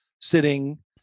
sitting